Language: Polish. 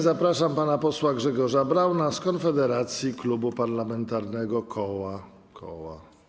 Zapraszam pana posła Grzegorza Brauna z Konfederacji, klubu parlamentarnego... koła, koła.